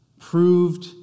proved